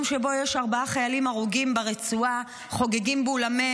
שבו יש ארבעה חיילים הרוגים ברצועה הם חוגגים באולמי